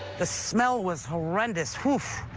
the smell was horrendous.